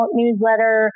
newsletter